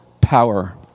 power